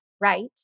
right